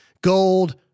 gold